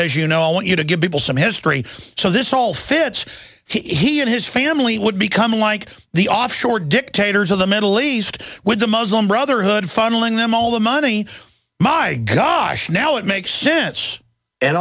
as you know i want you to give people some history so this whole pitch he and his family would become like the offshore dictators of the middle east with the muslim brotherhood funneling them all the money my gosh now it makes sense and